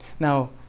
Now